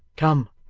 come